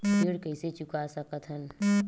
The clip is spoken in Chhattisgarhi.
ऋण कइसे चुका सकत हन?